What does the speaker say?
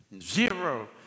zero